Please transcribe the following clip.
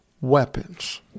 weapons